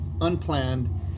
unplanned